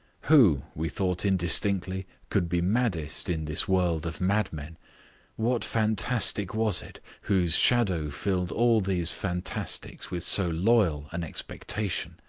who, we thought indistinctly, could be maddest in this world of madmen what fantastic was it whose shadow filled all these fantastics with so loyal an expectation?